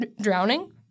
drowning